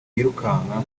yirukanka